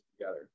together